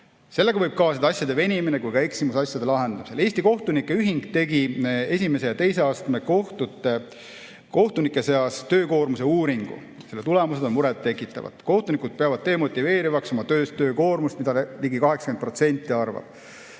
Sellega võib kaasneda nii asjade venimine kui ka eksimused asjade lahendamisel. Eesti Kohtunike Ühing tegi esimese ja teise astme kohtute kohtunike seas töökoormuse uuringu. Selle tulemused on muret tekitavad. Kohtunikud peavad demotiveerivaimaks oma töös töökoormust, ligi 80% arvab